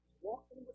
walking